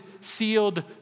sealed